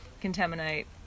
contaminate